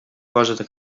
cosa